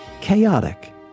chaotic